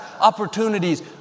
opportunities